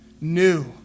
new